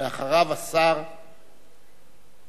ואחריו, השר שטייניץ.